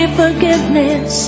forgiveness